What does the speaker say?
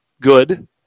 good